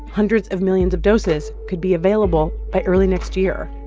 hundreds of millions of doses could be available by early next year.